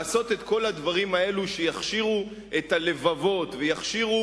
לעשות את כל הדברים האלה שיכשירו את הלבבות ויכשירו